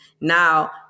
Now